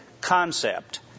concept